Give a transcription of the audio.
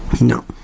No